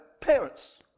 parents